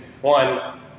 one